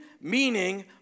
meaning